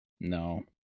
no